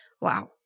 wow